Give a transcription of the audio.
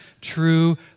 true